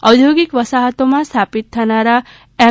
ઔદ્યોગિક વસાહતોમાં સ્થાપિત થનારા એમ